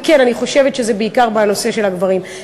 וכן, אני חושבת שזה בעיקר בנושא של הגברים.